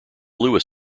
lewis